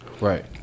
Right